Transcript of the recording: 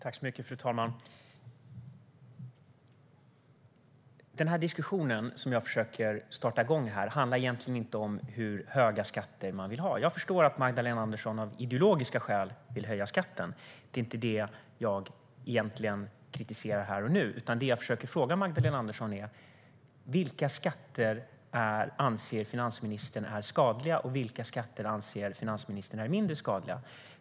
Fru talman! Den diskussion som jag försöker att starta här handlar egentligen inte om hur höga skatter som man vill ha. Jag förstår att Magdalena Andersson av ideologiska skäl vill höja skatten. Det är inte det som jag kritiserar här och nu. Det som jag försöker att fråga Magdalena Andersson om är: Vilka skatter anser finansministern är skadliga och vilka skatter anser finansministern är mindre skadliga?